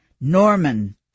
Norman